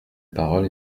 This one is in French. parole